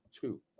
two